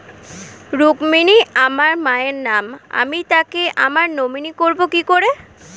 রুক্মিনী আমার মায়ের নাম আমি তাকে আমার নমিনি করবো কি করে?